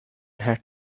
had